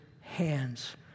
hands